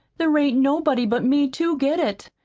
there ain't nobody but me to get it.